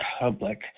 public